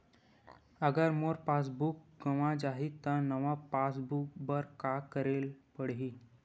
अगर मोर passbook गवां जाहि त नवा पास बुक बर का करे ल पड़हि?